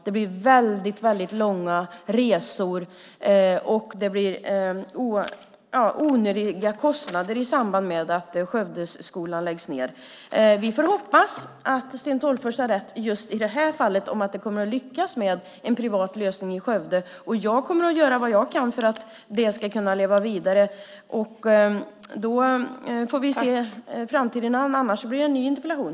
Det blir väldigt långa resor och onödiga kostnader i samband med att Skövdeskolan läggs ned. Vi får hoppas att Sten Tolgfors har rätt just i det här fallet - att det kommer att lyckas med en privat lösning i Skövde. Jag kommer att göra vad jag kan för att detta ska kunna leva vidare. Vi får se framtiden an. Annars blir det en ny interpellation.